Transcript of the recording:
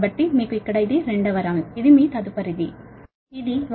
కాబట్టి మీకు ఇక్కడ ఇది రెండవ రౌండ్ ఇది మీ తరువాతది